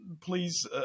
please